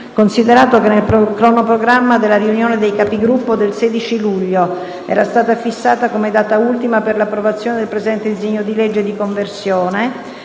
considerato che nel cronoprogramma della riunione dei Capigruppo del 16 luglio era stata fissata come data ultima per l'approvazione del presente disegno di legge di conversione,